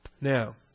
Now